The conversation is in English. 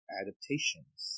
adaptations